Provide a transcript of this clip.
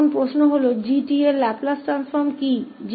अब प्रश्न यह है कि g𝑡 का लाप्लास रूपांतर क्या है